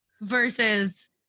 versus